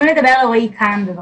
אז תנו לרועי קאהן לדבר, בבקשה,